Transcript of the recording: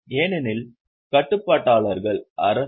ஏனெனில் கட்டுப்பாட்டாளர்கள் அரசு